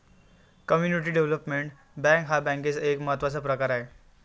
community development bank हा बँकेचा एक महत्त्वाचा प्रकार आहे